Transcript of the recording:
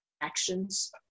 actions